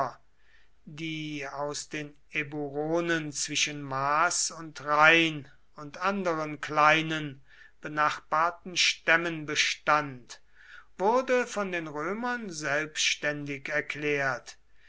die aus den eburonen zwischen maas und rhein und anderen kleinen benachbarten stämmen bestand wurde von den römern selbständig erklärt